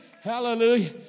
Hallelujah